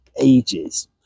ages